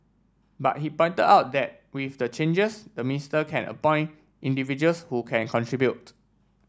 but he pointed out that with the changes the minister can appoint individuals who can contribute